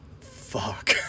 fuck